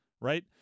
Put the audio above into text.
right